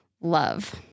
love